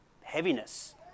heaviness